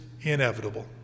inevitable